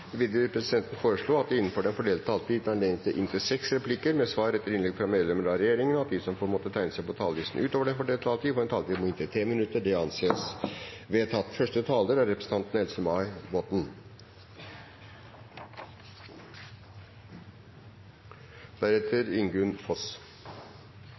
Videre vil presidenten foreslå at det – innenfor den fordelte taletid – blir gitt anledning til replikkordskifte på inntil seks replikker med svar etter innlegg fra medlemmer av regjeringen, og at de som måtte tegne seg på talerlisten utover den fordelte taletid, får en taletid på inntil 3 minutter. – Det anses vedtatt.